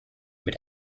mit